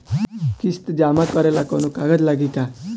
किस्त जमा करे ला कौनो कागज लागी का?